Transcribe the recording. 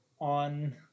on